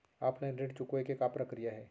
Offline ऋण चुकोय के का प्रक्रिया हे?